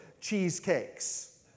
cheesecakes